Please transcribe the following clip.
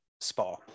spa